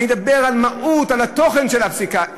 אני מדבר על המהות, על התוכן של הפסיקה.